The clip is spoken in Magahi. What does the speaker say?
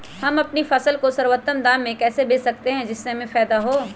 हम अपनी फसल को सर्वोत्तम दाम में कैसे बेच सकते हैं जिससे हमें फायदा हो?